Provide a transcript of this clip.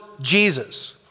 Jesus